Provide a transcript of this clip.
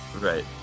Right